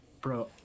bro